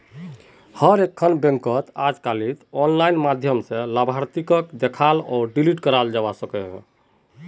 हर एकखन बैंकत अजकालित आनलाइन माध्यम स लाभार्थीक देखाल आर डिलीट कराल जाबा सकेछे